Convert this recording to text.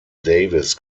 davis